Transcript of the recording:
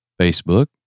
Facebook